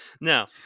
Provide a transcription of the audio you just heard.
Now